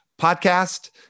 podcast